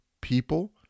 people